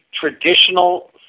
traditional